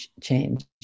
change